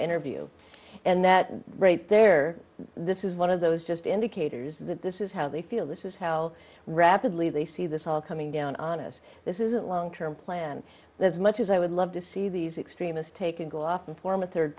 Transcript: interview and that right there this is one of those just indicators that this is how they feel this is how rapidly they see this all coming down on us this isn't long term plan as much as i would love to see these extremist take and go off and form a third